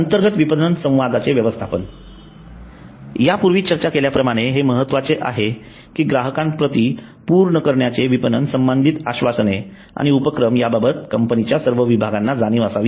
अंतर्गत विपणन संवादाचे व्यवस्थापण यापूर्वी चर्चा केल्याप्रमाणे हे महत्वाचे आहे कि ग्राहकांप्रती पूर्ण करण्याचे विपणन संबंधित आश्वासने आणि उपक्रम याबाबत कंपनीच्या सर्व विभागांना जाणीव असावी